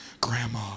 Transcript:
Grandma